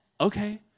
okay